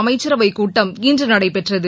அமைச்சரவை கூட்டம் இன்று நடைபெற்றது